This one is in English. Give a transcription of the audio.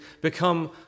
become